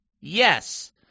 Yes